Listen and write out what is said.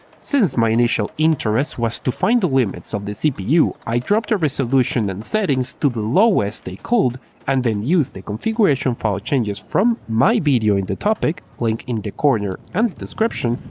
since my initial interest was to find the limits of the cpu i dropped the resolution and settings to the lowest they could and then used the configuration file ah changes from my video in the topic, linked in the corner and description,